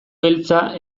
beltza